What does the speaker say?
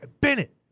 Bennett